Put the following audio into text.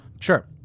Sure